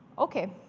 ok,